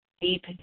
deep